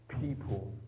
people